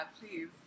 Please